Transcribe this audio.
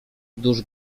dusz